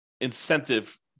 incentive